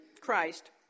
Christ